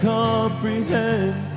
comprehend